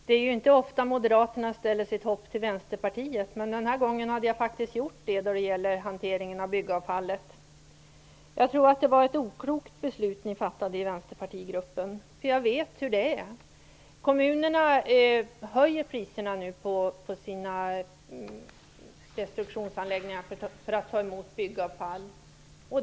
Herr talman! Det är inte ofta Moderaterna sätter sitt hopp till Vänsterpartiet, men den här gången hade jag faktiskt gjort det. Det gäller alltså hanteringen av byggavfallet. Jag tror dock att det var ett oklokt beslut som fattades i vänsterpartigruppen, för jag vet hur det är. Kommunerna höjer ju nu priserna vid sina destruktionsanläggningar för att ta emot byggavfall.